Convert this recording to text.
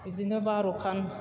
बिदिनो बार'खान